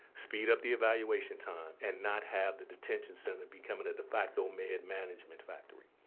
speed up the evaluation time and not have the detention center becoming a de facto med management factory.